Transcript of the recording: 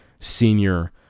senior